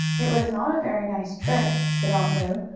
it was not a very nice trick, said aunt lu.